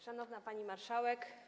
Szanowna Pani Marszałek!